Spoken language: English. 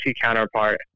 counterpart